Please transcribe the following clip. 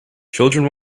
children